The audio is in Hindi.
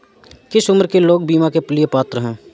किस उम्र के लोग बीमा के लिए पात्र हैं?